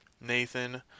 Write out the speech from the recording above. Nathan